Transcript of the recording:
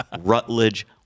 Rutledge